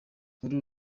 uru